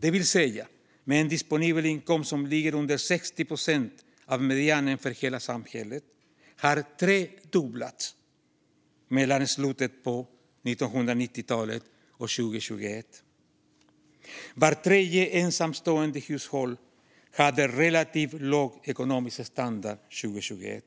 det vill säga med en disponibel inkomst som ligger under 60 procent av medianen för hela samhället, har tredubblats mellan slutet av 1990-talet och 2021. Vart tredje ensamstående barnhushåll hade relativ låg ekonomisk standard 2021.